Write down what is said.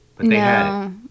No